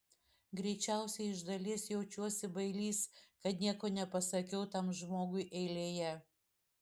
greičiausiai iš dalies jaučiuosi bailys kad nieko nepasakiau tam žmogui eilėje